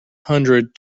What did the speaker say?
hundred